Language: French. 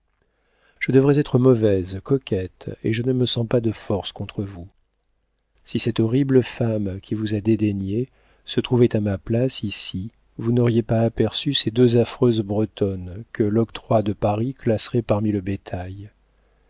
je devrais être mauvaise coquette et je ne me sens pas de force contre vous si cette horrible femme qui vous a dédaigné se trouvait à ma place ici vous n'auriez pas aperçu ces deux affreuses bretonnes que l'octroi de paris classerait parmi le bétail